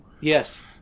yes